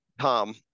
Tom